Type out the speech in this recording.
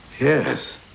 yes